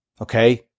Okay